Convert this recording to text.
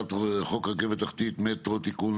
הצעת חוק רכבת תחתית (מטרו) (תיקון),